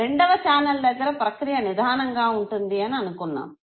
రెండవ ఛానల్ దగ్గర ప్రక్రియ నిదానంగా ఉంటుంది అని అనుకున్నాము